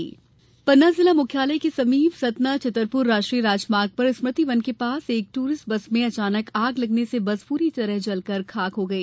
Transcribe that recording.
दुर्घटना टली पन्ना जिला मुख्यालय के समीप सतना छतरपुर राष्ट्रीय राजमार्ग पर स्मृति वन के पास एक टूरिस्ट बस में अचानक आग लगने से बस जलकर पूरी तरह खाक हो गई